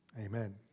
amen